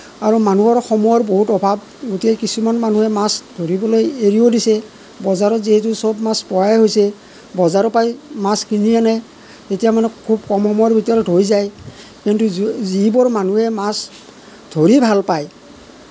আৰু মানুহৰ সময়ৰ বহুত অভাৱ এতিয়া কিছুমান মানুহে মাছ ধৰিবলৈ এৰিও দিছে বজাৰত যিহেতু সব মাছ পোৱাই হৈছে বজাৰৰ পৰাই মাছ কিনি আনে তেতিয়া মানে খুব কম সময়ৰ ভিতৰত হৈ যায় কিন্তু যিবোৰ মানুহে মাছ ধৰি ভাল পায়